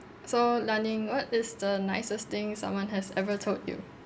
so la ning what is the nicest thing someone has ever told you